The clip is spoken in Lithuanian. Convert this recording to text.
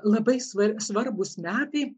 labai svar svarbūs metai